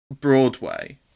Broadway